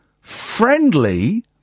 friendly